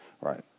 Right